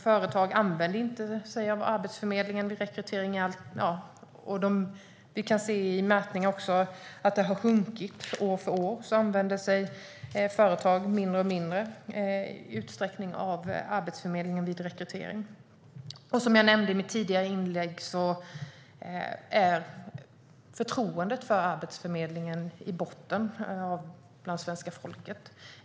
Företag använder sig inte av Arbetsförmedlingen. Vi kan se i mätningar att företag år för år använder sig i allt mindre utsträckning av Arbetsförmedlingen vid rekrytering. Som jag nämnde i mitt tidigare inlägg är förtroendet för Arbetsförmedlingen i botten bland det svenska folket.